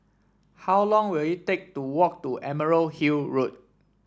how long will it take to walk to Emerald Hill Road